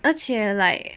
而且 like